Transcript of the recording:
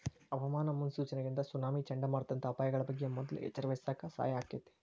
ಹವಾಮಾನ ಮುನ್ಸೂಚನೆಗಳಿಂದ ಸುನಾಮಿ, ಚಂಡಮಾರುತದಂತ ಅಪಾಯಗಳ ಬಗ್ಗೆ ಮೊದ್ಲ ಎಚ್ಚರವಹಿಸಾಕ ಸಹಾಯ ಆಕ್ಕೆತಿ